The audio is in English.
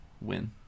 win